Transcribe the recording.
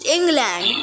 England